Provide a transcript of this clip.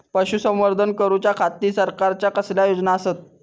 पशुसंवर्धन करूच्या खाती सरकारच्या कसल्या योजना आसत?